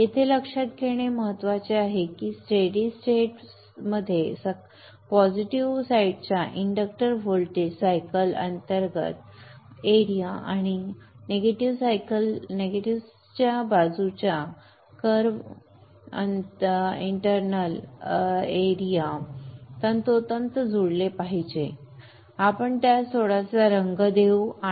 येथे लक्षात घेणे महत्त्वाचे आहे की स्टेडि स्टेट त पॉझिटिव्ह बाजूच्या इंडक्टर व्होल्टेज कर्व एरिया आणि निगेटिव्ह बाजूच्या एरिया अंडर कर्व तंतोतंत जुळले पाहिजे आपण त्यास थोडा रंग देऊ या